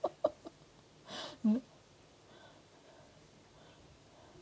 mm